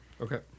Okay